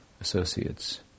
associates